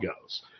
goes